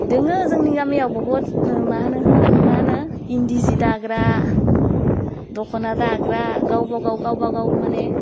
दोङो जोंनि गामियाव बहुत मा होनो हो मा होनो इन्दि जि दाग्रा दख'ना दाग्रा गावबा गाव गावबा गाव मानि